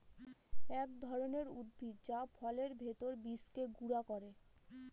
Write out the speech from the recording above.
এক ধরনের উদ্ভিদ যা ফলের ভেতর বীজকে গুঁড়া করে